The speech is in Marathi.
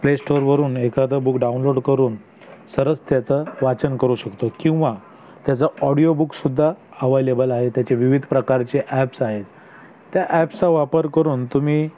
प्ले स्टोअर वरून एखादं बुक डाऊनलोड करून सरस त्याचं वाचन करू शकतो किंवा त्याचं ऑडिओ बुकसुद्धा अवायलेबल आहे त्याचे विविध प्रकारचे ॲप्स आहेत त्या ॲप्सचा वापर करून तुम्ही